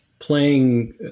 playing